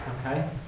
Okay